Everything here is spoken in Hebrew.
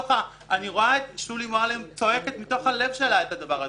אני רואה את שולי מועלם צועקת מתוך הלב שלה את הדבר הזה.